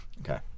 Okay